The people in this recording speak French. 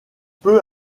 peut